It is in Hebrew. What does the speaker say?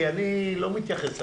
כי אני לא מתייחס לתקשורת.